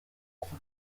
kuwa